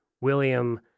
William